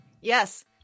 Yes